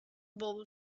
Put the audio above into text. bowl